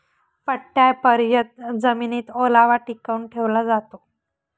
पट्टयापर्यत जमिनीत ओलावा टिकवून ठेवला जातो